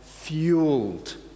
fueled